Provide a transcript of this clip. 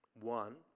One